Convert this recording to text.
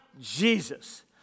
Jesus